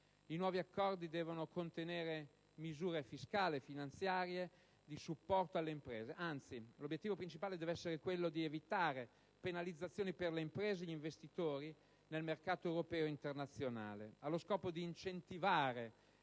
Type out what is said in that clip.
I nuovi accordi devono contenere misure fiscali e finanziarie di supporto alle imprese; anzi, l'obiettivo principale deve essere quello di evitare penalizzazioni per le imprese e gli investitori nel mercato europeo ed internazionale, allo scopo di incentivare